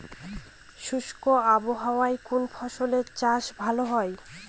শুষ্ক আবহাওয়ায় কোন ফসলের চাষ ভালো হয়?